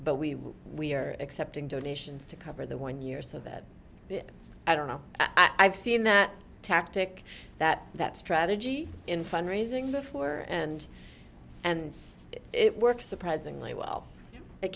will we are accepting donations to cover the one year so that i don't know i've seen that tactic that that strategy in fund raising before and and it works surprisingly well